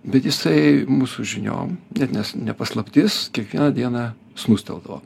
bet jisai mūsų žiniom net nes ne paslaptis kiekvieną dieną snūsteldavo